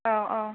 औ औ